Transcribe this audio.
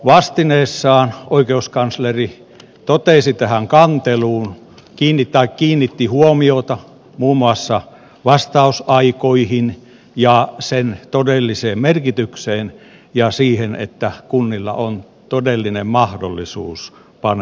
vastineessaan oikeuskansleri kiinnitti huomiota muun muassa vastausaikoihin ja niiden todelliseen merkitykseen ja siihen että kunnilla on todellinen mahdollisuus paneutua asiaan